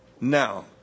Now